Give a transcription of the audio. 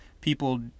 people